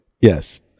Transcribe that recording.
yes